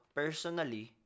personally